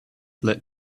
let